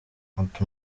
ati